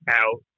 out